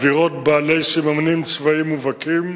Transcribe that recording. עבירות בעלות סממנים צבאיים מובהקים,